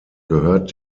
gehört